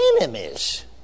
enemies